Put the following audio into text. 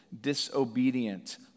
disobedient